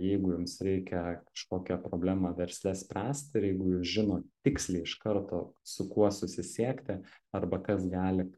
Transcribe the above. jeigu jums reikia kažkokią problemą versle spręsti ir jeigu jūs žinot tiksliai iš karto su kuo susisiekti arba kas gali